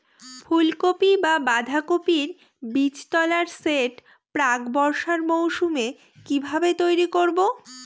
ফুলকপি বা বাঁধাকপির বীজতলার সেট প্রাক বর্ষার মৌসুমে কিভাবে তৈরি করব?